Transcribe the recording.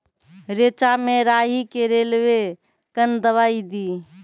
रेचा मे राही के रेलवे कन दवाई दीय?